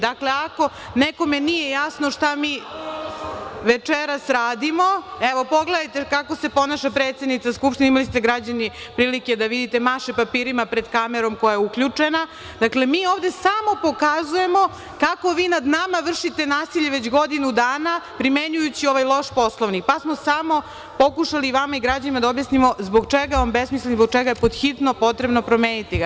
Dakle, ako nekome nije jasno šta mi večeras radimo, evo pogledajte kako se ponaša predsednica Skupštine, imali ste građani prilike da vidite, maše papirima pred kamerom koja je uključena, dakle mi ovde samo pokazujemo kako vi nad nama vršite nasilje već godinu dana, primenjujući ovaj loš Poslovnik, pa smo samo pokušali i vama i građanima da objasnimo zbog čega vam besmisleno i zbog čega je podhitno potrebno promeniti ga.